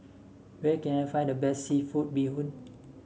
where can I find the best seafood Bee Hoon